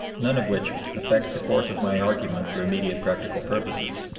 none of which affect the force of my argument for immediate practical purposes.